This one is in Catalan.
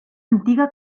antiga